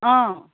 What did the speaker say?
অঁ